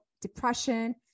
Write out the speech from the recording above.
depression